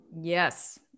Yes